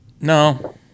No